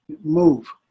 move